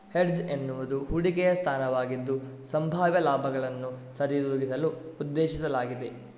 hedge ಎನ್ನುವುದು ಹೂಡಿಕೆಯ ಸ್ಥಾನವಾಗಿದ್ದು, ಸಂಭಾವ್ಯ ಲಾಭಗಳನ್ನು ಸರಿದೂಗಿಸಲು ಉದ್ದೇಶಿಸಲಾಗಿದೆ